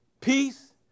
peace